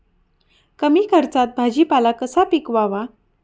कमी खर्चात भाजीपाला कसा पिकवावा?